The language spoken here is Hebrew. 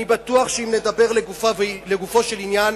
אני בטוח שאם נדבר לגופו של עניין,